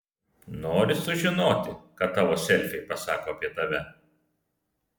nori sužinoti ką tavo selfiai pasako apie tave